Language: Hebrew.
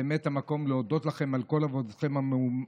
באמת זה המקום להודות לכם על כל עבודתכם המאומצת,